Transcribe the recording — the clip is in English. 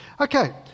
Okay